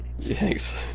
Thanks